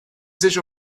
sich